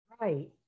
right